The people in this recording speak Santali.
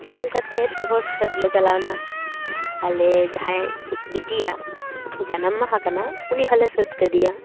ᱧᱩᱦᱩᱢ ᱠᱟᱛᱮ ᱥᱚᱦᱚᱨ ᱥᱮᱫ ᱞᱮ ᱪᱟᱞᱟᱣᱱᱟ ᱟᱞᱮ ᱡᱟᱦᱟᱸᱭ ᱵᱤᱴᱤᱭᱟᱜ ᱡᱟᱱᱟᱢ ᱢᱟᱦᱟ ᱠᱟᱱᱟ ᱩᱱᱤ ᱦᱚᱸᱞᱮ ᱥᱟᱹᱛ ᱠᱟᱫᱮᱭᱟ